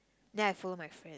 then I follow my friend